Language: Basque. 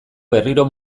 berriro